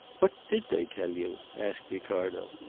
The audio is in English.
what did they tell you? asked ricardo.